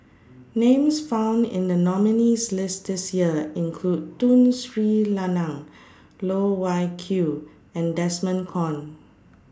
Names found in The nominees' list This Year include Tun Sri Lanang Loh Wai Kiew and Desmond Kon